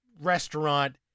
restaurant